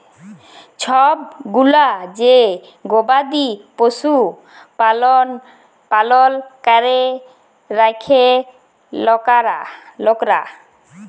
ছব গুলা যে গবাদি পশু পালল ক্যরে রাখ্যে লকরা